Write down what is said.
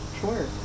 Sure